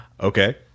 Okay